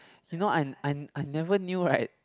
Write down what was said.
you know I I I never knew right